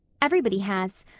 everybody has.